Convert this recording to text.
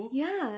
ya